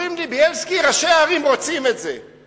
אומרים לי: בילסקי, ראשי הערים רוצים את זה.